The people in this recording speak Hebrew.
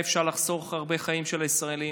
אם היה אפשר לחסוך הרבה חיים של ישראלים.